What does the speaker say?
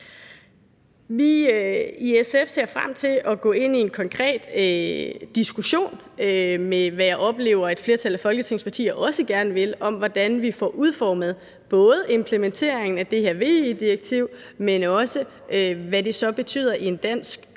Vi i SF ser frem til at gå ind i en konkret diskussion – hvad jeg oplever et flertal af Folketingets partier også gerne vil – om, hvordan vi får udformet både implementeringen af det her VE-direktiv, men også hvad det så betyder i en dansk